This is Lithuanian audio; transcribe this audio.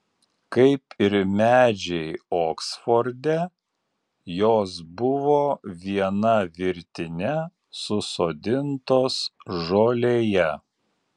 kaip ir medžiai oksforde jos buvo viena virtine susodintos žolėje